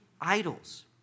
idols